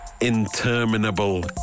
interminable